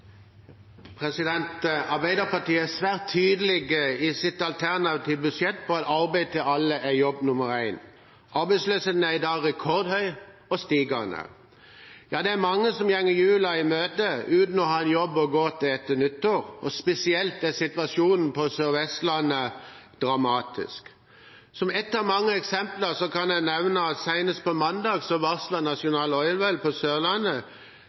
Arbeiderpartiet er svært tydelig i sitt alternative budsjett på at arbeid til alle er jobb nummer én. Arbeidsløsheten er i dag rekordhøy og stigende. Det er mange som går julen i møte uten å ha en jobb å gå til etter nyttår, og spesielt er situasjonen på Sør-Vestlandet dramatisk. Som ett av mange eksempler kan jeg nevne at senest på mandag varslet National Oilwell på Sørlandet,